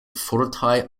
fortaj